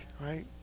right